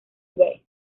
bay